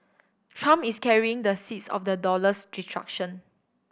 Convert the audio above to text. trump is carrying the seeds of the dollar's destruction